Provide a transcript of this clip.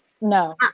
No